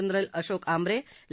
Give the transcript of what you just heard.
general Ashok Ambre ले